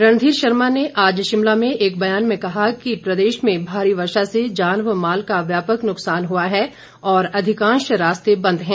रणधीर शर्मा ने आज शिमला में एक बयान में कहा कि प्रदेश में भारी वर्षा से जान और माल का व्यापक नुकसान हुआ है और अधिकांश रास्ते बंद है